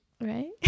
right